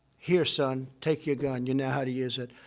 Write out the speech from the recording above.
here, son. take your gun. you know how to use it.